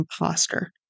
imposter